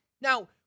Now